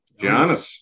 Giannis